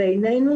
לזה אני מתכוונת,